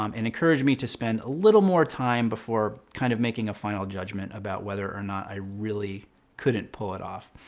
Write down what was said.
um and encouraged me to spend a little more time before kind of making a final judgment about whether or not i really couldn't pull it off.